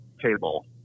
table